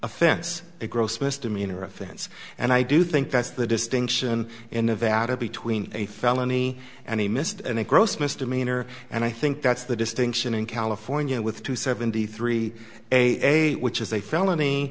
offense a gross misdemeanor offense and i do think that's the distinction in nevada between a felony and a mist and a gross misdemeanor and i think that's the distinction in california with two seventy three a which is a felony